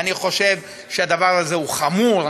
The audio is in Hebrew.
ואני חושב שהדבר הזה הוא חמור,